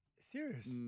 Serious